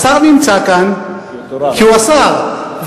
השר נמצא כאן כי הוא השר,